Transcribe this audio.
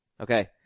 Okay